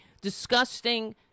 Disgusting